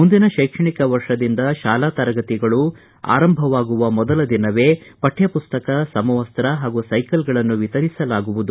ಮುಂದಿನ ಶೈಕ್ಷಣಿಕ ವರ್ಷದಿಂದ ಶಾಲಾ ತರಗತಿಗಳು ಆರಂಭವಾಗುವ ಮೊದಲ ದಿನವೇ ಪಠ್ಠಪುಸ್ತಕ ಸಮವಸ್ತ ಹಾಗೂ ಸೈಕಲ್ಗಳನ್ನು ವಿತರಿಸಲಾಗುವುದು